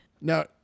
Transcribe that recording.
No